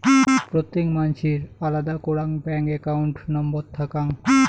প্রত্যেক মানসির আলাদা করাং ব্যাঙ্ক একাউন্ট নম্বর থাকাং